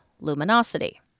luminosity